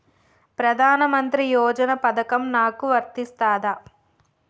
ప్రధానమంత్రి యోజన పథకం నాకు వర్తిస్తదా?